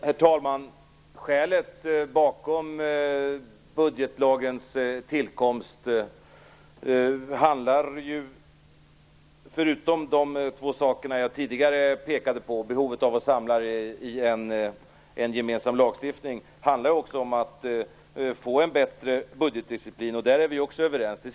Herr talman! Ett av skälen bakom budgetlagens tillkomst - förutom de saker jag tidigare pekade på, t.ex. behovet av att samla det här i en gemensam lagstiftning - var just att få en bättre budgetdisciplin. Där är vi också överens.